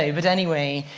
ah but anyway,